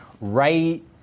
right